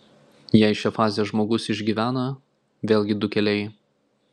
jei šią fazę žmogus išgyvena vėlgi du keliai